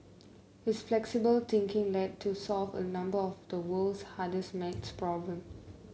his flexible thinking led to solve a number of the world's hardest maths problems